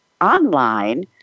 online